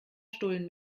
stullen